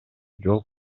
жол